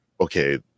okay